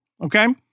Okay